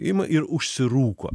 ima ir užsirūko